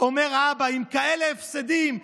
אומר האבא: עם כאלה הפסדים,